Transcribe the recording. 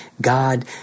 God